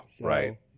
right